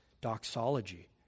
doxology